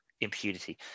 impunity